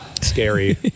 scary